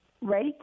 right